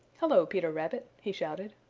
hello, peter rabbit! he shouted.